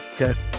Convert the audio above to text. Okay